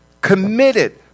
committed